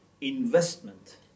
investment